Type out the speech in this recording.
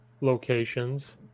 locations